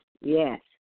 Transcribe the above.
yes